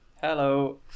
Hello